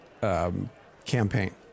campaign